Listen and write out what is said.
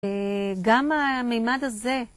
גם המימד הזה.